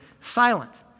silent